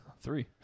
Three